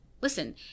listen